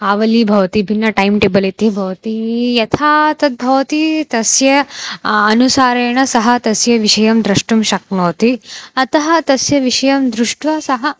आवलिः भवति भिन्नः टैम् टेबल् इति भवति यथा तद्भवति तस्य अनुसारेण सः तस्य विषयं द्रष्टुं शक्नोति अतः तस्य विषयं दृष्ट्वा सः